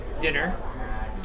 dinner